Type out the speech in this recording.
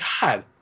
God